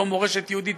לא מורשת יהודית,